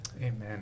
amen